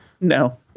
No